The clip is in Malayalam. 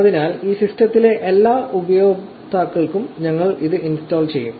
അതിനാൽ ഈ സിസ്റ്റത്തിലെ എല്ലാ ഉപയോക്താക്കൾക്കും ഞങ്ങൾ ഇത് ഇൻസ്റ്റാൾ ചെയ്യും